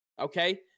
okay